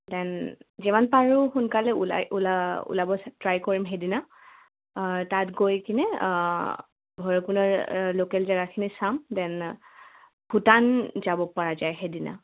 then যিমান পাৰোঁ সোনকালে ওলাই ওলা ওলাব ট্ৰাই কৰিম সেইদিনা তাত গৈ কিনে ভৈৰৱকুণ্ডৰ লোকেল জেগাখিনি চাম দেন ভূটান যাব পৰা যায় সেইদিনা